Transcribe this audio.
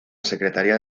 secretaría